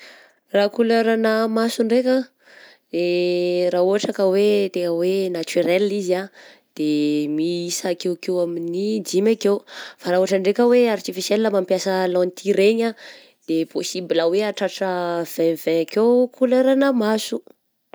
Raha kolerana maso ndraika raha ohatra ka hoe tena hoe naturelle izy ah de miisa akeokeo amin'ny dimy akeo, fa raha ohatra ndraika artificiel mampiasa lentille regny ah de possible hoe ahatratra vingt vingt akeo kolerana maso.